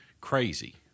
crazy